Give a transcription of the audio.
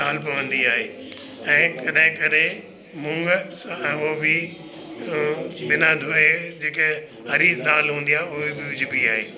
दाल पवंदी आहे ऐं कॾहिं कॾहिं मूङ सां उहो बि बिना धोए जेके हरी दाल हूंदी आहे उहे बि विझिबी आहे